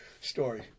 story